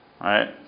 right